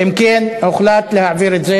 אם כן, הוחלט להעביר את זה